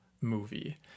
movie